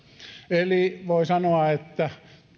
eli voi sanoa että